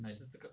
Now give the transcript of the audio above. mm